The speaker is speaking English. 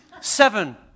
Seven